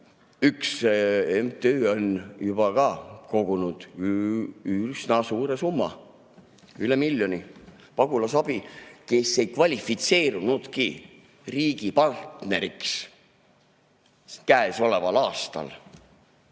üks MTÜ on juba ka kogunud üsna suure summa, üle miljoni. Pagulasabi, kes ei kvalifitseerunudki riigi partneriks käesoleval aastal,